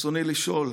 רצוני לשאול: